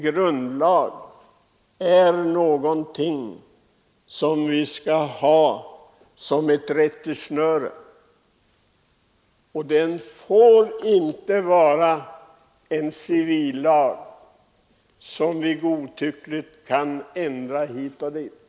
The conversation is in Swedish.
Grundlagen är något som vi skall ha som rättesnöre. Den får inte vara en civillag som vi kan ändra på helt godtyckligt.